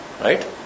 right